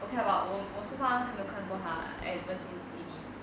okay lah but 我我 so far 还没有看过它 lah ever since C_B